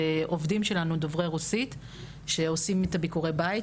עובדים שלנו דוברי רוסית שעושים את ביקורי הבית,